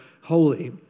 holy